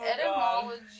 Etymology